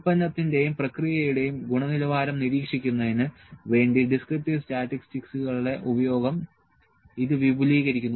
ഉൽപ്പന്നത്തിൻറെയും പ്രക്രിയയുടെയും ഗുണനിലവാരം നിരീക്ഷിക്കുന്നതിന് വേണ്ടി ഡിസ്ക്രിപ്റ്റീവ് സ്റ്റാറ്റിസ്റ്റിക്സുകളുടെ ഉപയോഗം ഇത് വിപുലീകരിക്കുന്നു